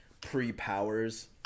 pre-powers